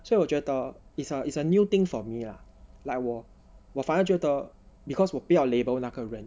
所以我觉得 is a is a new thing for me lah like 我我反而觉得 because 我不要 label 那个人